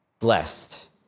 blessed